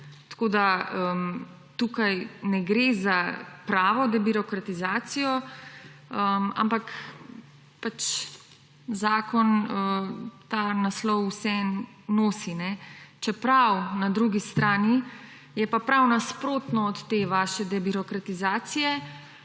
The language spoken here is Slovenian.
Tako da tukaj ne gre za pravo debirokratizacijo, ampak zakon ta naslov vseeno nosi. Čeprav na drugi strani je pa prav nasprotno od te vaše debirokratizacije